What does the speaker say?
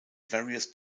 various